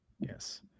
Yes